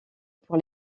pour